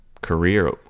career